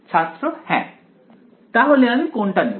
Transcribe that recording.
ছাত্র হ্যাঁ তাহলে আমি কোনটা নেব